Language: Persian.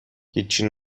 هیچچی